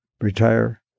retire